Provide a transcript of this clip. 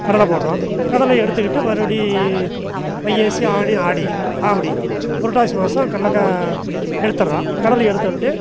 கடலை போடுகிறோம் கடலை எடுத்துவிட்டு மறுபடி வைகாசி ஆனி ஆடி ஆவணி புரட்டாசி மாசம் கடல்லக்கா எடுத்துர்றோம் கடலையை எடுத்த உடனே